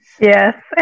Yes